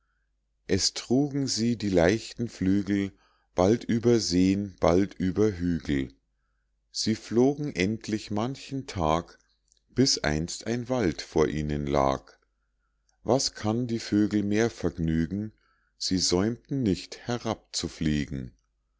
es trugen sie die leichten flügel bald über seen bald über hügel sie flogen endlich manchen tag bis einst ein wald vor ihnen lag was kann die vögel mehr vergnügen sie säumten nicht herab